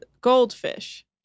Goldfish